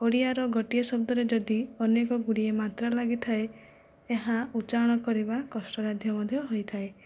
ଓଡ଼ିଆର ଗୋଟିଏ ଶବ୍ଦରେ ଯଦି ଅନେକ ଗୁଡ଼ିଏ ମାତ୍ରା ଲାଗିଥାଏ ଏହା ଉଚ୍ଚାରଣ କରିବା କଷ୍ଟସାଧ୍ୟ ମଧ୍ୟ ହୋଇଥାଏ